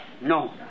No